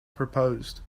proposed